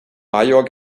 major